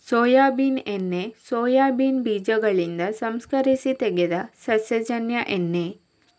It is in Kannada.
ಸೋಯಾಬೀನ್ ಎಣ್ಣೆ ಸೋಯಾಬೀನ್ ಬೀಜಗಳಿಂದ ಸಂಸ್ಕರಿಸಿ ತೆಗೆದ ಸಸ್ಯಜನ್ಯ ಎಣ್ಣೆ